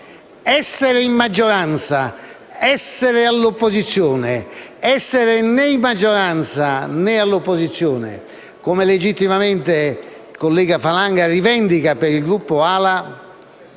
essere in maggioranza, essere all'opposizione, essere né in maggioranza né all'opposizione, come legittimamente il collega Falanga rivendica per il Gruppo AL-A,